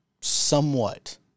somewhat